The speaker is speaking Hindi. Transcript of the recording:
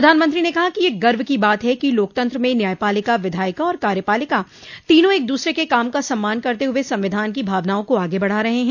प्रधानमंत्री ने कहा कि यह गर्व की बात है कि लोकतंत्र में न्यायपालिका विधायिका और कार्यपालिका तीनों एक दूसरे के काम का सम्मान करते हुए संविधान की भावनाओं को आगे बढ़ा रहे हैं